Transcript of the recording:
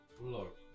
Look